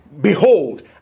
Behold